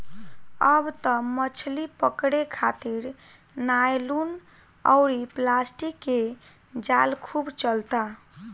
अब त मछली पकड़े खारित नायलुन अउरी प्लास्टिक के जाल खूब चलता